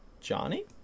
Johnny